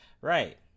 Right